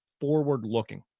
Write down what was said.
forward-looking